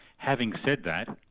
having said that,